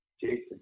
Jason